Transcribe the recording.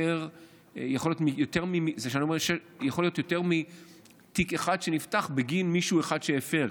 יכול להיות יותר מתיק אחד שנפתח בגין מישהו אחד שהפר.